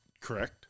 Correct